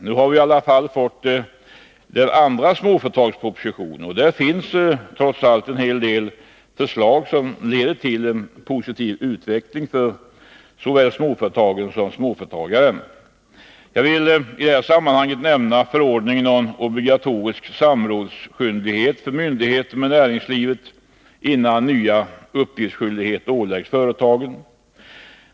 Vi har nu i alla fall fått den andra småföretagspropositionen, och där finns trots allt en hel del förslag som leder till en positiv utveckling för såväl småföretagen som småföretagaren. Jag vill i detta sammanhang nämna förordningen om obligatorisk samrådsskyldighet för myndigheter med näringslivet innan nya uppgiftsskyldigheter åläggs företagen.